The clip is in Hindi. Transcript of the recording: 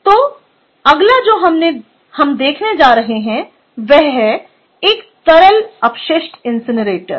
तो अगला जो हम देखने जा रहे हैं वह एक तरल अपशिष्ट इनसिनरेटर है